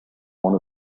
one